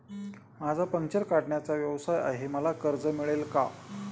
माझा पंक्चर काढण्याचा व्यवसाय आहे मला कर्ज मिळेल का?